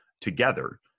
together